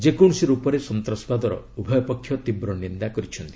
ଯେକୌଣସି ରୂପରେ ସନ୍ତାସବାଦର ଉଭୟ ପକ୍ଷ ତୀବ୍ର ନିନ୍ଦା କରିଛନ୍ତି